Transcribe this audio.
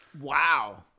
wow